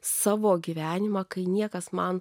savo gyvenimą kai niekas man